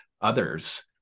others